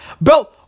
Bro